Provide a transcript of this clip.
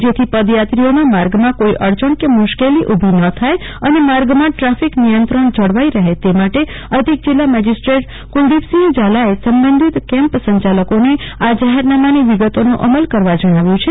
જેથી પદયાત્રીઓનાં માર્ગમાં કોઇ અડચણ કે મુશ્કેલી ઊભી ન થાય અને માર્ગમાં ટ્રાફકિ નથિત્રણ જળવાઇ રહે તે માટે અધકિ જલિલા મેજસિટ્રટ કુલદીપસંહિ ઝાલાએ સંબંધતિ કેમ્પ સંચાલકોને આ જાહેરનામાની વગિતોનો અમલ કરવા જણાવાયું છે